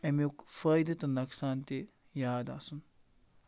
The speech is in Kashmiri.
اَمیُک فٲیدٕ تہٕ نۄقصان تہِ یاد آسُن